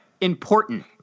Important